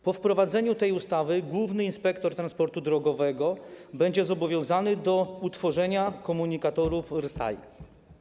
Po wprowadzeniu tej ustawy główny inspektor transportu drogowego będzie zobowiązany do utworzenia komunikatów RSI.